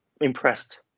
impressed